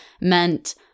meant